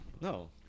no